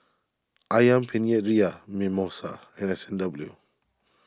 Ayam Penyet Ria Mimosa and S and W